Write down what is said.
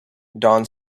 don